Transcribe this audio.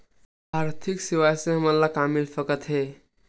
आर्थिक सेवाएं से हमन ला का मिल सकत हे?